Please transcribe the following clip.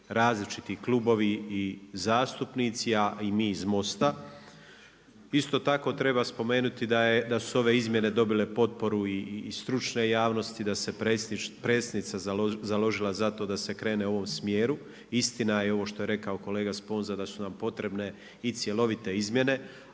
različiti klubovi i zastupnici, a i mi iz Most-a. Isto tako treba spomenuti da su ove izmjene dobile potporu i stručne javnosti, da se predsjednica založila za to da se krene u ovom smjeru. Istina je ovo što je rekao kolega Spozna da su nam potrebne i cjelovite izmjene,